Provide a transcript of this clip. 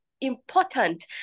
important